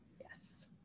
yes